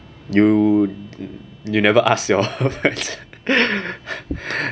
you you never ask your friends